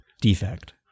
defect